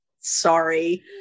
sorry